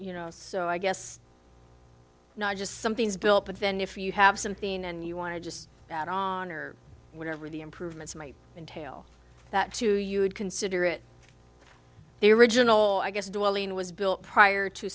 you know so i guess not just something's built but then if you have something and you want to just about honor whatever the improvements might entail that too you would consider it the original i guess dwelling was built prior to